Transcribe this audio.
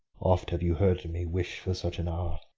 oft have you heard me wish for such an hour,